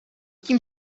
tím